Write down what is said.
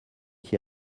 qui